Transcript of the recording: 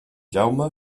jaume